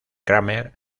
kramer